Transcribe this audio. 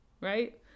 Right